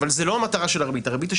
אבל זו לא המטרה של הריבית.